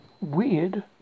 Weird